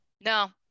no